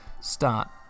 Start